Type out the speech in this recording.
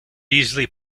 easily